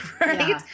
right